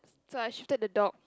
so I shifted the dog